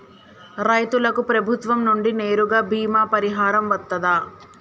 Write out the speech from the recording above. రైతులకు ప్రభుత్వం నుండి నేరుగా బీమా పరిహారం వత్తదా?